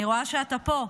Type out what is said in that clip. אני רואה שאתה פה.